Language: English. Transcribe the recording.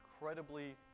incredibly